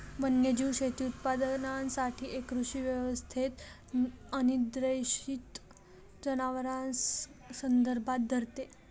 वन्यजीव शेती उत्पादनासाठी एक कृषी व्यवस्थेत अनिर्देशित जनावरांस संदर्भात धरते